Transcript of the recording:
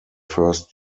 first